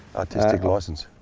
artistic license?